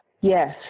Yes